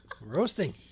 Roasting